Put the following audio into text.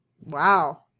wow